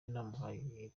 yanamuhaye